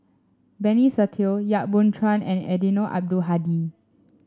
Benny Se Teo Yap Boon Chuan and Eddino Abdul Hadi